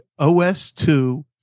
OS2